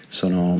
sono